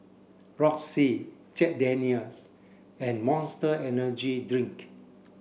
Roxy Jack Daniel's and Monster Energy Drink